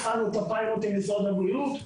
התחלנו את הפיילוט עם משרד הבריאות.